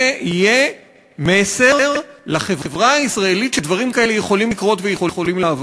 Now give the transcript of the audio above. זה יהיה מסר לחברה הישראלית שדברים כאלה יכולים לקרות ויכולים לעבור.